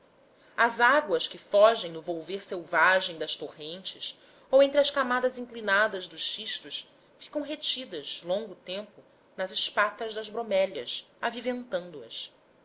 as águas que fogem ao volver selvagem das torrentes ou entre as camadas inclinadas dos xistos ficam retidas longo tempo nas espatas das bromélias aviventando as no